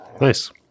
Nice